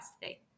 today